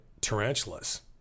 Tarantulas